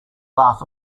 laugh